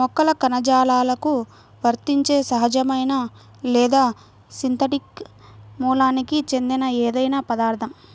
మొక్కల కణజాలాలకు వర్తించే సహజమైన లేదా సింథటిక్ మూలానికి చెందిన ఏదైనా పదార్థం